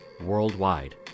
worldwide